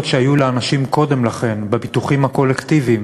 שהיו לאנשים קודם לכן בביטוחים הקולקטיביים